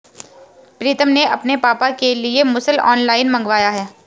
प्रितम ने अपने पापा के लिए मुसल ऑनलाइन मंगवाया है